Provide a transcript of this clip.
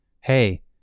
Hey